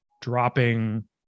dropping